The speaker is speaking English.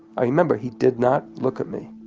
i remember he did not look at me.